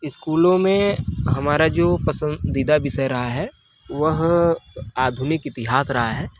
स्कूलों में हमारा जो पसंदीदा विषय रहा है वह आधुनिक इतिहास रहा है